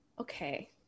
Okay